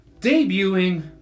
debuting